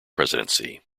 presidency